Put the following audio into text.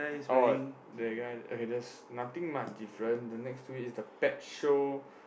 oh that guy okay there's nothing much different the next two is the pet show